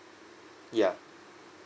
yeah